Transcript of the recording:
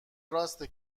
راسته